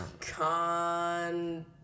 con